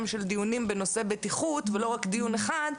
של דיונים בנושא בטיחות ולא רק דיון אחד,